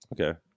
Okay